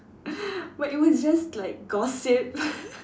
but it was just like gossip